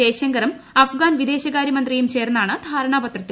ജയശങ്കറും Afghan വിദേശകാരൃമന്ത്രിയും ചേർന്നാണ് ധാരണാപത്രത്തി